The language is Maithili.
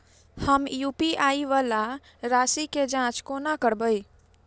हम यु.पी.आई वला राशि केँ जाँच कोना करबै?